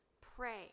Pray